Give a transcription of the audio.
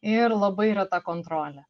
ir labai yra ta kontrolė